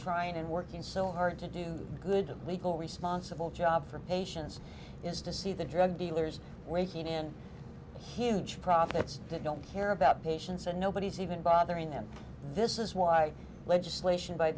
trying and working so hard to do good and legal responsible job for patients is to see the drug dealers waking and huge profits that don't care about patients and nobody is even bothering them this is why legislation